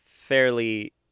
fairly